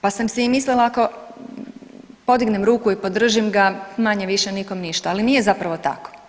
Pa sam si i mislila ako podignem ruku i podržim ga manje-više nikom ništa, ali nije zapravo tako.